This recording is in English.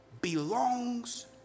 belongs